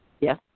Yes